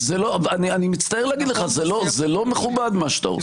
אני מצטער להגיד לך, זה לא מכובד מה שאתה עושה.